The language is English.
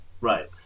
Right